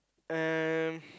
and